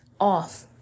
off